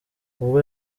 ubwo